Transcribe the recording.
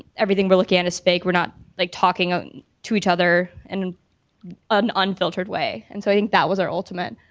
everything we're looking at is fake. we're not like talking to each other in an unfiltered way. and so i think that was our ultimate.